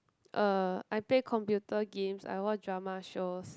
uh I play computer games I watch drama shows